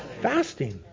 Fasting